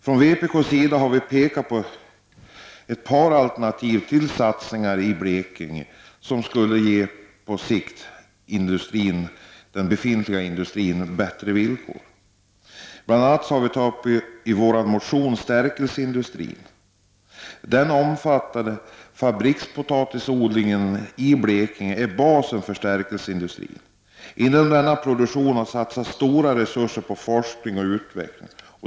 Från vpk:s sida har vi pekat på ett par alternativ till satsningar i Blekinge, som på sikt skulle ge den befintliga industrin bättre villkor. Bl.a. tar vi i vår motion upp stärkelseindustrin. Den omfattande fabrikspotatisodlingen i Blekinge är basen för stärkelseindustrin. Inom denna produktion har satsats stora resurser på forskning och utveckling.